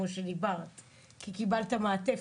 כי היא קיבלה את המעטפת,